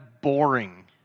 boring